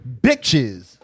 bitches